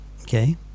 Okay